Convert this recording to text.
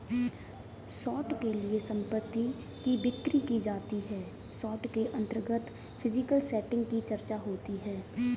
short के लिए संपत्ति की बिक्री की जाती है शॉर्ट के अंतर्गत फिजिकल सेटिंग की चर्चा होती है